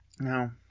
Now